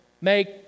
make